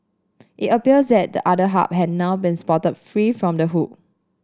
it appears that the otter had now been spotted free from the hook